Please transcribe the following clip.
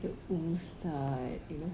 the ustaz you know